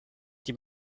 die